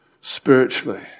spiritually